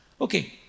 Okay